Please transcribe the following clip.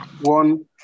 One